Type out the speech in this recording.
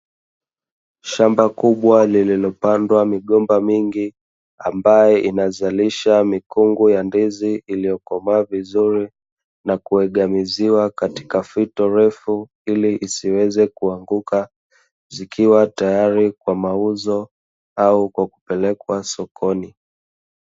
Shamba kubwa lililopandwa migomba mingi, ambayo inazalisha mikungu ya ndizi iliyokomaa vizuri, na kuegamiziwa katika fito refu ili isiweze kuanguka. Zikiwa tayari kwa mauzo au kwa kupelekwa sokoni.